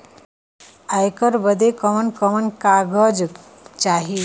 ऐकर बदे कवन कवन कागज चाही?